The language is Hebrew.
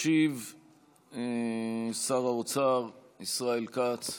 ישיב שר האוצר ישראל כץ.